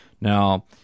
Now